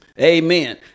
Amen